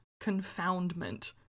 confoundment